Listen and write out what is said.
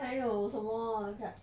还有什么赶